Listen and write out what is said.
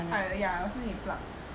ya I also need plug